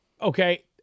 Okay